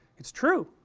it's true.